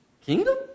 kingdom